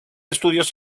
estudios